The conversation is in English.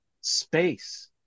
space